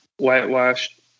whitewashed